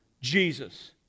Jesus